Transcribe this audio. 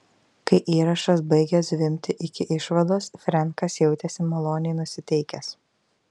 kai įrašas baigė zvimbti iki išvados frenkas jautėsi maloniai nusiteikęs